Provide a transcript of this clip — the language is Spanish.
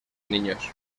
niños